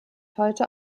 heute